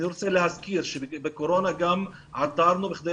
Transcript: אני רוצה להזכיר שבקורונה גם עתרנו בכדי